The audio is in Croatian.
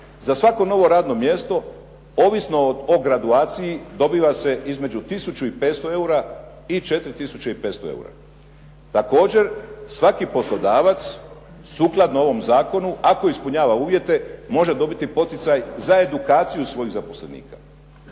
za svako novo radno mjesno, ovisno o graduaciji dobiva se između 1000 i 500 eura i 4 tisuće i 500 eura. Također svaki poslodavac sukladno ovom zakonu ako ispunjava uvjete može dobiti poticaj za edukaciju svojih zaposlenika.